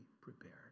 prepared